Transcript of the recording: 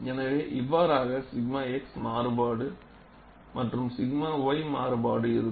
எனவே இவ்வாறாக 𝛔 x மாறுபாடு மற்றும் 𝛔 y மாறுபாடு இருக்கும்